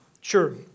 Sure